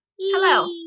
Hello